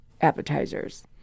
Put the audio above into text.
appetizers